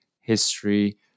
history